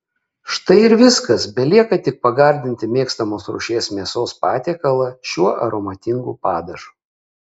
štai ir viskas belieka tik pagardinti mėgstamos rūšies mėsos patiekalą šiuo aromatingu padažu